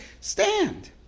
stand